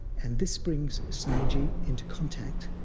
and this brings sayagyi into contact